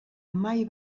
mai